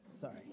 sorry